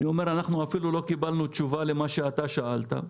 אנחנו אפילו לא קיבלנו תשובה למה שאתה שאלת,